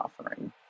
offering